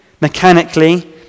mechanically